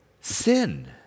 sin